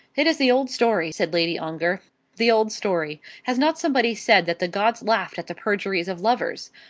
it is the old story, said lady ongar the old story! has not somebody said that the gods laugh at the perjuries of lovers?